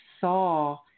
saw